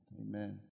amen